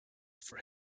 for